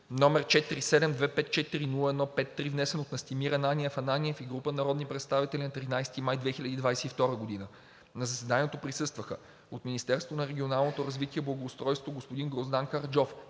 № 47-254-01-53, внесен от Настимир Ананиев Ананиев и група народни представители нa 13 май 2022 г. На заседанието присъстваха: от Министерството на регионалното развитие и благоустройството: господин Гроздан Караджов